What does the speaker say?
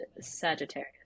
Sagittarius